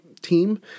team